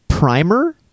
primer